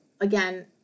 again